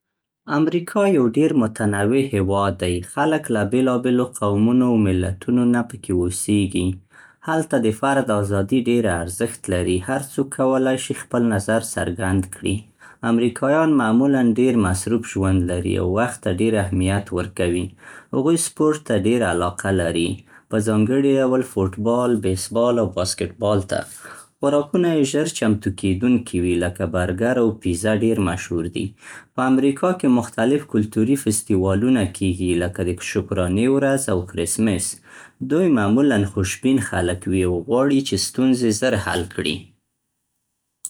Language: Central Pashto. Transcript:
امریکا یو ډېر متنوع هېواد دی، خلک له بېلابېلو قومونو او ملتونو نه پکې اوسېږي. هلته د فرد آزادي ډېره ارزښت لري، هر څوک کولای شي خپل نظر څرګند کړي. امریکايان معمولاً ډېر مصروف ژوند لري او وخت ته ډېر اهمیت ورکوي. هغوی سپورټ ته ډېر علاقه لري، په ځانګړي ډول فوټبال، بیسبال او باسکټبال ته. خوراکونه یې ژر چمتو کېدونکي وي، لکه برګر او پیزه ډېر مشهور دي. په امریکا کې مختلف کلتوري فستیوالونه کېږي، لکه د شکرانې ورځ او کرسمس. دوی معمولاً خوشبین خلک وي او غواړي چې ستونزې زر حل کړي.